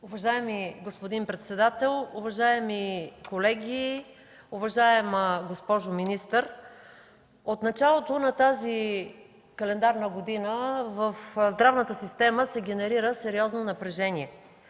Уважаеми господин председател, уважаеми колеги, уважаема госпожо министър! От началото на тази календарна година в здравната система се генерира сериозно напрежение.